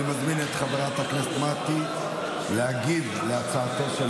אני מזמין את חברת הכנסת מטי צרפתי הרכבי להגיב להצעתו של